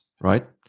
right